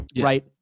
Right